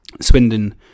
Swindon